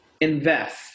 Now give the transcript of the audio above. invest